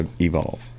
evolve